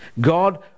God